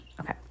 okay